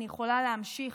אני יכולה להמשיך.